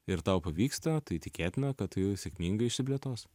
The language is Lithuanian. ir tau pavyksta tai tikėtina kad tu jau sėkmingai išsiplėtos